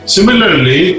Similarly